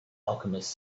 alchemist